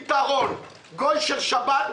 ונתנו פתרון: גוי של שבת.